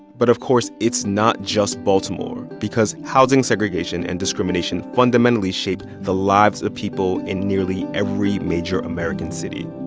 but, of course, it's not just baltimore. because housing segregation and discrimination fundamentally shape the lives of people in nearly every major american city.